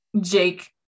Jake